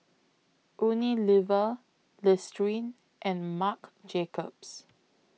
Unilever Listerine and Marc Jacobs